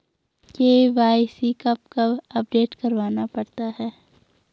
KYC कब कब update करवाना पड़ता है?